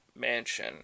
Mansion